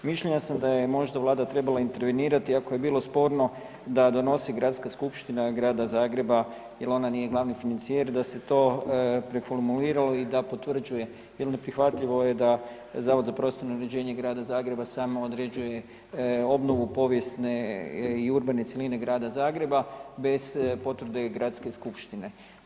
Mišljenja sam da je možda Vlada trebala intervenirati ako je bilo sporno da donosi Gradska skupština Grada Zagreba jer ona nije glavni financijer da se to preformuliralo i da potvrđuje jer neprihvatljivo je da Zavod za prostorno uređenje Grada Zagreba samo određuje obnovu povijesne i urbane cjeline Grada Zagreba bez potvrde gradske skupštine.